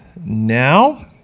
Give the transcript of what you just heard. now